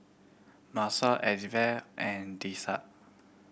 Manson Elizbeth and Tisha